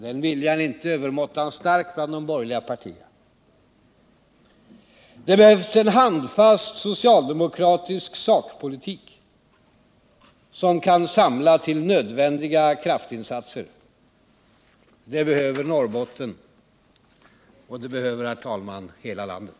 Den viljan är inte övermåttan stark bland de borgerliga partierna. Det behövs en handfast socialdemokratisk sakpolitik, som kan samla till nödvändiga kraftinsatser. Det behöver Norrbotten. Och det behöver, herr talman, hela landet.